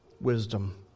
wisdom